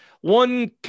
one